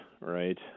right